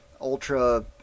ultra